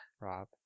rob